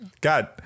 God